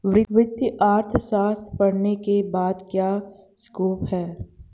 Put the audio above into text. वित्तीय अर्थशास्त्र पढ़ने के बाद क्या स्कोप है?